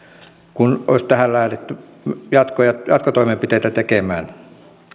kun oltaisiin tähän lähdetty jatkotoimenpiteitä tekemään